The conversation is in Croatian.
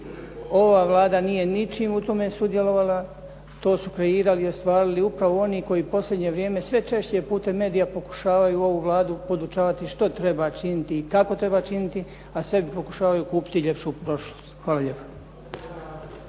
Ova Vlada nije ničim u tome sudjelovala. To su kreirali i ostvarili upravo oni koji posljednje vrijeme sve češće putem medija pokušavaju ovu Vladu podučavati što treba činiti i kako treba činiti, a sebi pokušavaju kupiti ljepšu prošlost. Hvala lijepa.